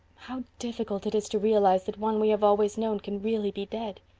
how difficult it is to realize that one we have always known can really be dead,